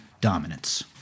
dominance